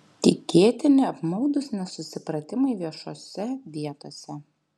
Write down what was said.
tikėtini apmaudūs nesusipratimai viešosiose vietose